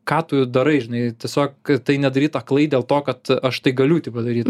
ką tu darai žinai tiesiog tai nedaryt aklai dėl to kad aš tai galiu tai padaryt